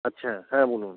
আচ্ছা হ্যাঁ বলুন